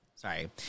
Sorry